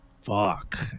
fuck